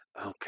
Okay